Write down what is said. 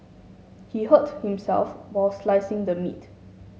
he hurt himself while slicing the meat